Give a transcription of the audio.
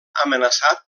amenaçat